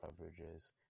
coverages